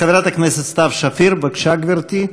חברת הכנסת סתיו שפיר, בבקשה, גברתי.